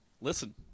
listen